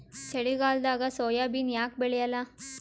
ಚಳಿಗಾಲದಾಗ ಸೋಯಾಬಿನ ಯಾಕ ಬೆಳ್ಯಾಲ?